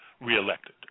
reelected